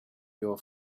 your